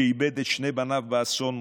שאיבד את שני בניו באסון,